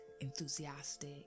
enthusiastic